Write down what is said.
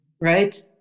right